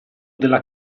della